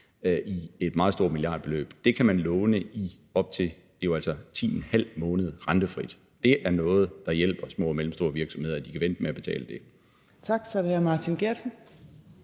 et meget stort milliardbeløb. Det kan man låne rentefrit i op til 10,5 måneder. Det er noget, der hjælper små og mellemstore virksomheder, at de kan vente med at betale det. Kl. 14:53 Fjerde næstformand